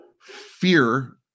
fear